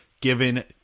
given